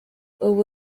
ubu